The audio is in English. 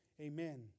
Amen